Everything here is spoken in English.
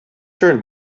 turn